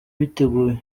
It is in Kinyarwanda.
biteguye